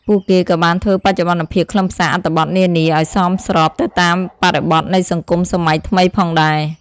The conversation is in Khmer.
ពួកគេក៏បានធ្វើបច្ចុប្បន្នភាពខ្លឹមសារអត្ថបទនានាឱ្យសមស្របទៅតាមបរិបទនៃសង្គមសម័យថ្មីផងដែរ។